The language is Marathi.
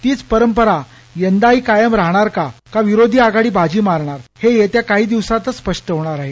तीच परंपरा यंदाही कायम राहणार का विरोधी आघाडी बाजी मारणार हे येत्या काही दिवसातच स्पष्ट होणार आहे